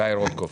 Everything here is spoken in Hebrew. גיא רוטקופף,